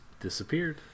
disappeared